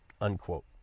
unquote